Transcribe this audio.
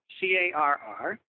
C-A-R-R